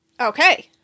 Okay